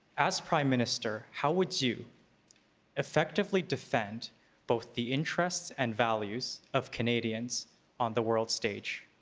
as prime minister, how would you effectively defend both the interests and values of canadians on the world stage?